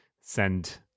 send